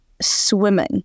swimming